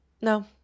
No